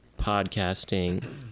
podcasting